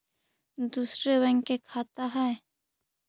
दुसरे बैंक के खाता हैं?